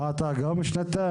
אה, אתה גם שנתיים?